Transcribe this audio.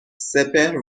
سپهر